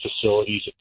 facilities